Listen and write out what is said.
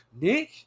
Nick